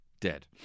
Dead